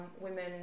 women